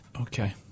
Okay